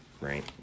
Right